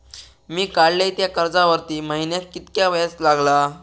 मी काडलय त्या कर्जावरती महिन्याक कीतक्या व्याज लागला?